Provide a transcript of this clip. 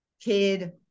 kid